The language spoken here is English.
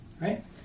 right